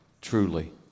truly